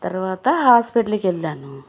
తర్వాత హాస్పిటల్కి వెళ్ళాను